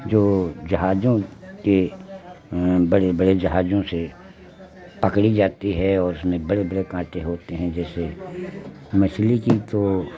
जो जहाजों के बड़े बड़े जहाजों से पकड़ी जाती है और उसमें बड़े बड़े कांटे होते हैं जैसे मछली की तो